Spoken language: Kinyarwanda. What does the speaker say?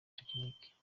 technique